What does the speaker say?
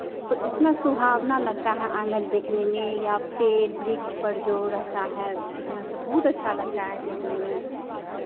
तो इतना सुहावना लगता है आंगन देखने में या पेड़ वृक्ष पर जो रहता है चिड़ियाँ सब बहुत अच्छा लगता है देखने में